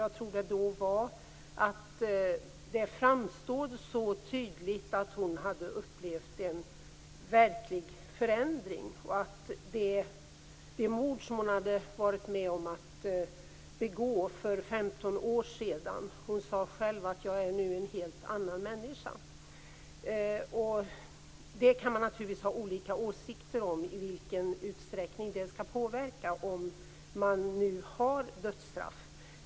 Jag tror att det var därför att det framstod så tydligt att hon hade upplevt en verklig förändring. Hon hade varit med om att begå ett mord för 15 år sedan och sade själv: Jag är nu en helt annan människa. Naturligtvis kan man ha olika åsikter om i vilken utsträckning det skall påverka, om det nu finns dödsstraff.